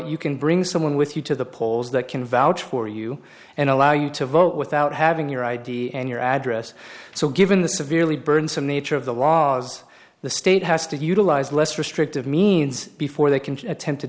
you can bring someone with you to the polls that can vouch for you and allow you to vote without having your id and your address so given the severely burned some nature of the laws the state has to utilize less restrictive means before they can attempt